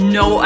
no